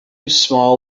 small